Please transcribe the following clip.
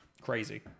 crazy